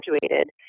graduated